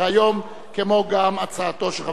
כמו גם הצעתו של חבר הכנסת הרצוג.